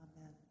Amen